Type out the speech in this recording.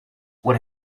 what